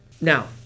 Now